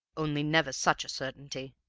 only never such a certainty.